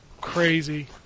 crazy